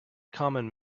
common